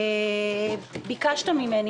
ביקשת ממני,